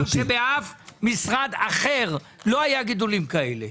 בשום משרד אחר לא היה גידול כזה.